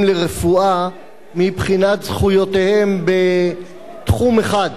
לרפואה מבחינת זכויותיהם בתחום אחד.